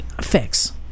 fix